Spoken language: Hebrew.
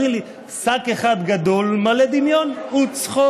טרי לי / שק אחד גדול מלא דמיון וצחוק.